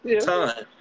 Time